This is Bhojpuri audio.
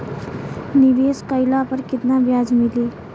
निवेश काइला पर कितना ब्याज मिली?